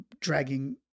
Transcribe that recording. dragging